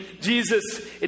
Jesus